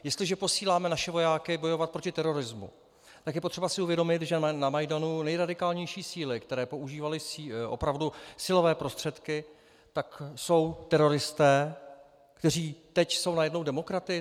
Jestliže posíláme naše vojáky bojovat proti terorismu, tak je potřeba si uvědomit, že na Majdanu nejradikálnější síly, které používaly opravdu silové prostředky, jsou teroristé, kteří jsou teď najednou demokraty.